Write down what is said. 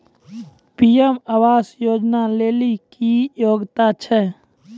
PM आवास योजना लेली की योग्यता छै?